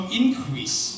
increase